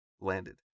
landed